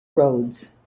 roads